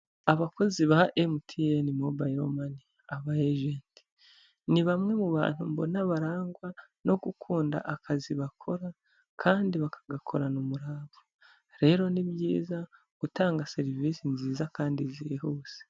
Abakozi ba MTN mobayiromani, aba ajenti, ni bamwe mu bantu mbona barangwa no gukunda akazi bakora kandi bakagakorana umurava, rero ni byiza gutanga serivisi nziza kandi zihuse.